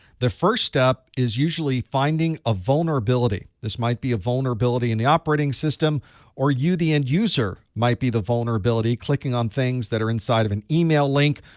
the first step is usually finding a vulnerability. this might be a vulnerability in the operating system or you, the end user, might be the vulnerability, clicking on things that are inside of an email link.